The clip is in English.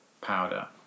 powder